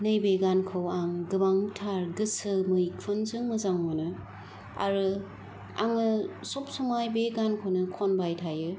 नै बे गानखौ आं गोबांथार गोसो मैखुनजों मोजां मोनो आरो आङो सब समाय बे गानखौनो खनबाय थायो